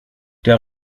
der